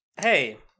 Hey